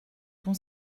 ton